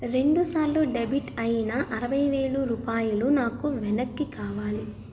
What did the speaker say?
రెండు సార్లు డెబిట్ అయిన అరవై వేలు రూపాయలు నాకు వెనక్కి కావాలి